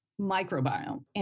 microbiome